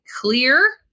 clear